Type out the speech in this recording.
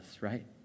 right